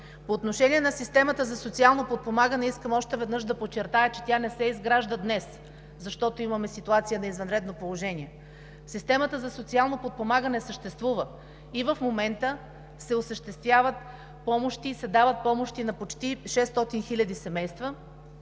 По отношение на системата за социално подпомагане искам още веднъж да подчертая, че тя не се изгражда днес, защото имаме ситуация на извънредно положение. Системата за социално подпомагане съществува! В момента се осъществяват помощи и се дават помощи на почти 600 хиляди семейства